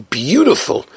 beautiful